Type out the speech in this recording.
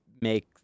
make